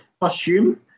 costume